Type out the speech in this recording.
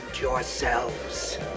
yourselves